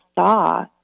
saw